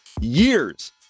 years